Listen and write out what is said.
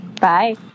bye